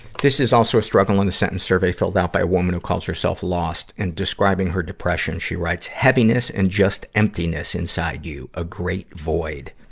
this is also a struggle in a sentence survey filled out by a woman who calls herself lost, and describing her depression, she writes, heaviness and just emptiness inside you. a great void.